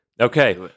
Okay